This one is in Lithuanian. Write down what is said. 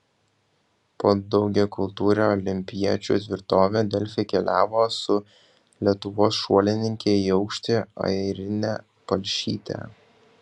po daugiakultūrę olimpiečių tvirtovę delfi keliavo su lietuvos šuolininke į aukštį airine palšyte